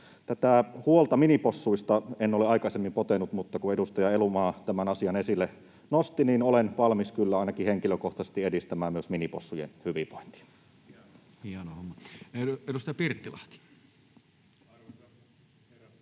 Tätä huolta minipossuista en ole aikaisemmin potenut, mutta kun edustaja Elomaa tämän asian esille nosti, niin ainakin henkilökohtaisesti olen kyllä valmis edistämään myös minipossujen hyvinvointia. Hieno homma. — Edustaja Pirttilahti. Arvoisa herra